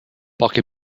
poche